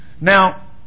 Now